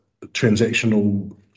transactional